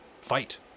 fight